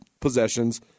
possessions